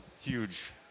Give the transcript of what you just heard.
huge